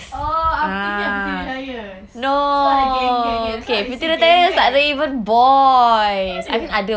oh I was thinking of pretty liars it's not the gang gang kan so it's the same thing tak ada eh